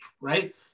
right